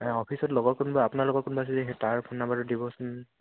অফিতত লগ কোনোবা আপোনালোক সেই তাৰ ফোন নাম্বাৰটো দিবচোন